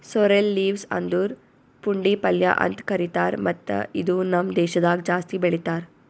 sorrel leaves ಅಂದುರ್ ಪುಂಡಿ ಪಲ್ಯ ಅಂತ್ ಕರಿತಾರ್ ಮತ್ತ ಇದು ನಮ್ ದೇಶದಾಗ್ ಜಾಸ್ತಿ ಬೆಳೀತಾರ್